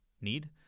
need